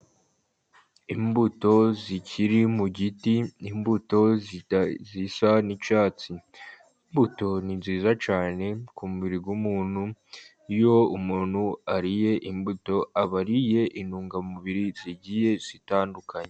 Imbuto zikiri mu giti. Imbuto zisa n’icyatsi. Imbuto ni nziza cyane ku mubiri w’umuntu. Iyo umuntu ariye imbuto, aba ariye intungamubiri zigiye zitandukanye.